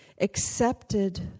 accepted